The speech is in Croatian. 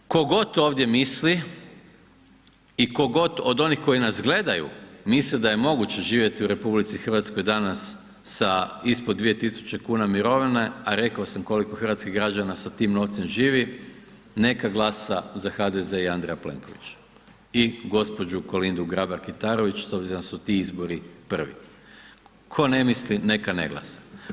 I ko god ovdje misli i ko god od onih koji nas gledaju misli da je moguće živjeti u RH danas sa ispod 2.000,00 kn mirovine, a reko sam koliko hrvatskih građana sa tim novcem živi, neka glasa za HDZ i Andreja Plenkovića i gđu. Kolindu Grabar Kitarović s obzirom da su ti izbori prvi, tko ne misli neka ne glasa.